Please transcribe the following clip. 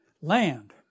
Land